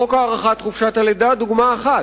חוק הארכת חופשת הלידה הוא דוגמה אחת.